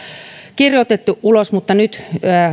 kirjoitettu ulos mutta nyt